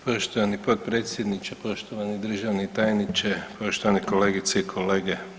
Poštovani potpredsjedniče, poštovani državni tajniče, poštovane kolegice i kolege.